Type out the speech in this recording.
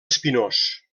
espinós